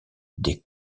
des